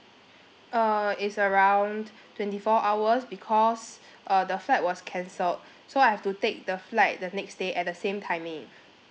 uh it's around twenty four hours because uh the flight was cancelled so I have to take the flight the next day at the same timing